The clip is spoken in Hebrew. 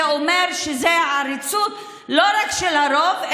זה אומר שזו העריצות לא רק של הרוב,